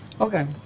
Okay